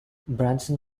branson